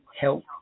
help